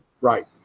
Right